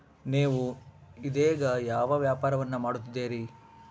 ನೇವು ಇದೇಗ ಯಾವ ವ್ಯಾಪಾರವನ್ನು ಮಾಡುತ್ತಿದ್ದೇರಿ?